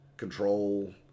control